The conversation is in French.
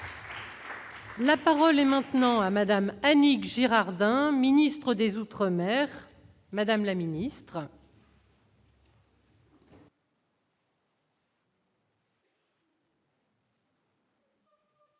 La parole est maintenant à Madame Annick Girardin ministre des Outre-mer, madame la ministre.